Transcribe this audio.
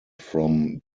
from